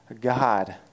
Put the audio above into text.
God